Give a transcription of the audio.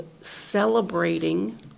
celebrating